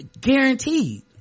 guaranteed